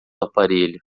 aparelho